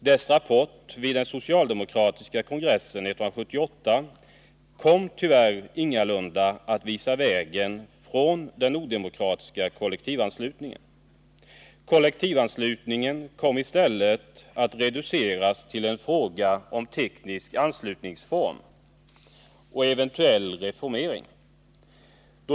Dess rapport vid den socialdemokratiska kongressen 1978 kom tyvärr ingalunda att visa vägen från den odemokratiska kollektivanslutningen. Kollektivanslutningen kom i stället att reduceras till en fråga om teknisk anslutningsform och eventuell reformering.